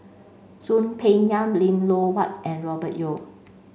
Soon Peng Yam Lim Loh Huat and Robert Yeo